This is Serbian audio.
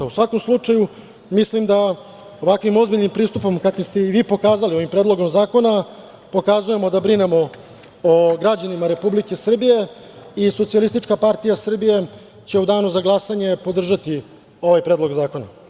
U svakom slučaju ovakvim ozbiljnim pristupom, kako ste i vi pokazali, ovim predlogom zakona, pokazujemo da brinemo o građanima Republike Srbije i SPS će u danu za glasanje podržati ovaj predlog zakona.